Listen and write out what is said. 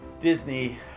Disney